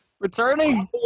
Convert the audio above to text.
Returning